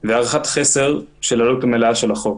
להערכת חסר של העלות המלאה של החוק.